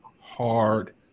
hard